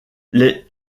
les